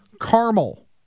caramel